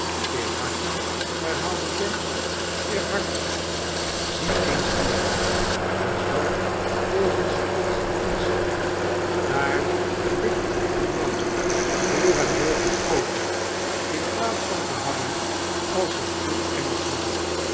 sergeant teerhartig herhaalde dennis teerhartig zie eens hier is dat volgens de constitutie daar ligt die man door en door geschoten in plaats van te hangen als pen goed engelschman